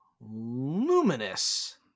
Luminous